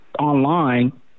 Online